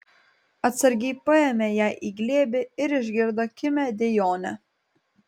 atsargiai paėmė ją į glėbį ir išgirdo kimią dejonę